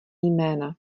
jména